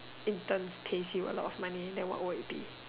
interns pays you a lot of money then what would it be